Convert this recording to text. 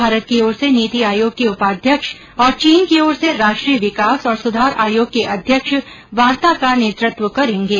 भारत की ओर से नीति आयोग के उपाध्यक्ष और चीन की ओर से राष्ट्रीय विकास और सुधार आयोग के अध्यक्ष वार्ता का नेतृत्व करेंगे